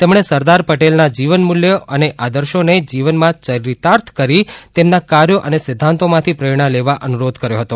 તેમણે સરદાર પટેલના જીવનમૂલ્યો અને આર્દશોને જીવનમાં ચરિતાર્થ કરી તેમના કાર્યો અને સિંધ્ધાતોમાંથી પ્રેરણા લેવા અનુરોધ કર્યો હતો